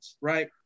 right